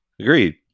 Agreed